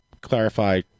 clarify